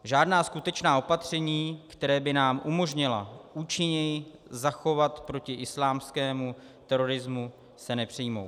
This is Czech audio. Žádná skutečná opatření, která by nám umožnila účinněji se zachovat proti islámskému terorismu, se nepřijmou.